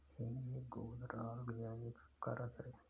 हींग एक गोंद राल या एक सूखा रस है